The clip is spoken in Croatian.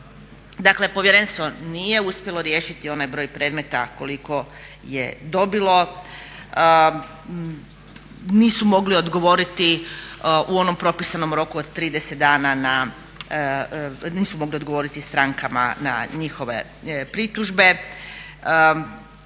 Dakle povjerenstvo nije uspjelo riješiti onaj broj predmeta koliko je dobilo, nisu mogli odgovoriti strankama u onom propisanom roku od 30 dana na njihove pritužbe,